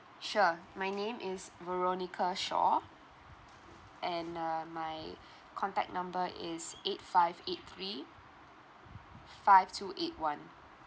sure my name is veronica shaw and uh my contact number is eight five eight three five two eight one